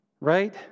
Right